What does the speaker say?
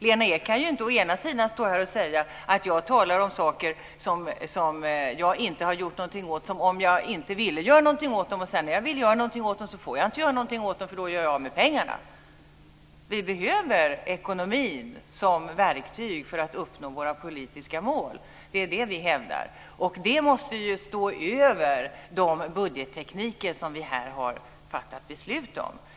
Lena Ek kan ju inte å ena sidan stå här och säga att jag talar om saker som jag inte har gjort någonting åt som om jag inte ville göra någonting åt dem, och sedan när jag vill gör någonting åt dem så får jag inte gör någonting åt dem eftersom jag då gör av med pengarna. Vi behöver ekonomin som verktyg för att uppnå våra politiska mål. Det är det som vi hävdar. Och det måste ju stå över de budgettekniker som vi här har fattat beslut om.